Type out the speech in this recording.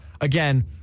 again